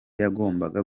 yagombaga